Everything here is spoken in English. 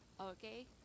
okay